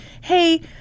hey